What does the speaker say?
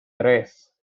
tres